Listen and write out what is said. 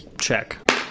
check